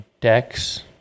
decks